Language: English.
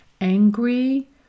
angry